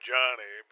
Johnny